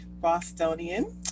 Bostonian